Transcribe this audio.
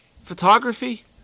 photography